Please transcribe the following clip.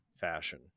fashion